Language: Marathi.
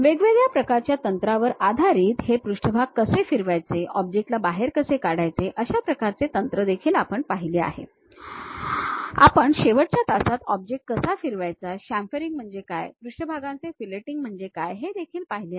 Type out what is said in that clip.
वेगवेगळ्या प्रकारच्या तंत्रांवर आधारित हे पृष्ठभाग कसे फिरवायचे ऑब्जेक्ट ला बाहेर कसे काढायचे अशा प्रकारचे तंत्र देखील आपण पहिले आहेत आपण शेवटच्या तासात ऑब्जेक्ट कसा फिरवायचा शामफरिंग म्हणजे काय पृष्ठभागांचे फिलेटिंग म्हणजे काय हे देखील पाहिले आहे